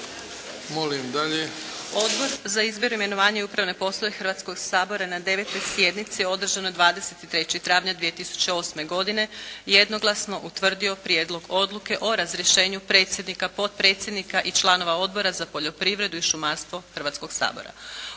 Odbor za izbor, imenovanja i upravne poslove Hrvatskoga sabora na 9. sjednici održanoj 23. travnja 2008. godine jednoglasno utvrdio Prijedlog odluke o izboru predsjednice, potpredsjednika i članova Odbora za razvoj i obnovu Hrvatskog sabora.